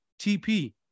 TP